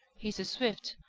he's a swift,